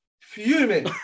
fuming